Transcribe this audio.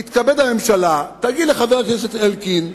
תתכבד הממשלה ותגיד לחבר הכנסת אלקין: